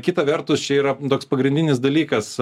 kita vertus čia yra toks pagrindinis dalykas